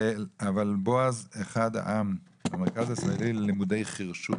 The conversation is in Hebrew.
בועז אחד העם מהמרכז הישראלי ללימודי חירשות,